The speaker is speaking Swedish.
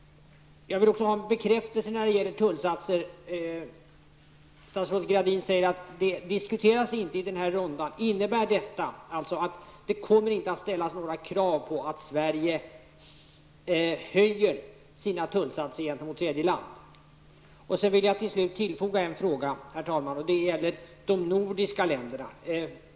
Jag vill också ha en bekräftelse när det gäller tullsatser. Statsrådet Gradin säger att det inte diskuteras i den här rundan. Innebär detta att det inte kommer att ställas några krav på att Sverige höjer sina tullsatser gentemot tredje land? Till slut vill jag tillfoga en fråga, herr talman, och den gäller de nordiska länderna.